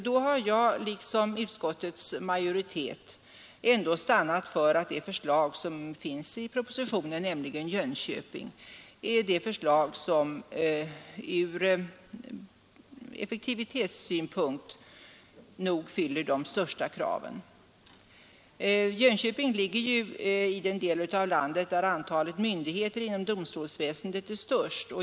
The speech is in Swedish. Då har jag, liksom utskottets majoritet, stannat för att det förslag som finns i propositionen, nämligen Jönköping, ändå är det förslag som ur effektivitetssynpunkt fyller de största kraven. Jönköping ligger ju i den del av landet där antalet myndigheter inom domstolsväsendet är störst.